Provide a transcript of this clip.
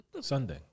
Sunday